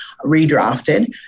redrafted